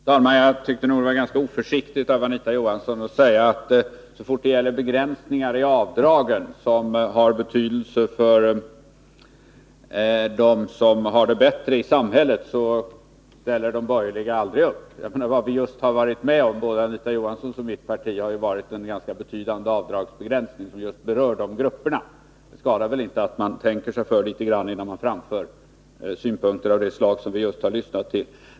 Fru talman! Jag tycker det var oförsiktigt av Anita Johansson att säga att de borgerliga, så fort det gäller begränsningar i avdragsrätten som har betydelse för dem här i samhället som har det bättre ställt, aldrig ställer upp. Vad både Anita Johanssons och mitt parti har varit med om är just en betydande avdragsbegränsning, som berör dessa grupper. Det skadar inte att tänka sig för innan man framför synpunkter av det slag som vi just har fått lyssna till.